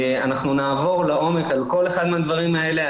אנחנו נעבור לעומק על כל אחד מהדברים האלה.